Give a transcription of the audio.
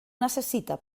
necessita